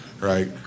right